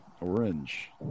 Orange